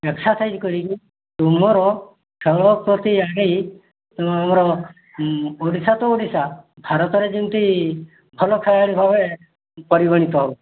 exercise କରିକି ତୁମର ଖେଳ ପ୍ରତି ଆଗେଇ ତୁମର ଓଡ଼ିଶା ତ ଓଡ଼ିଶା ଭାରତରେ ଯେମିତି ଭଲ ଖେଳାଳି ଭାବରେ ପରିଗଣିତ ହେବ